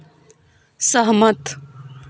सहमत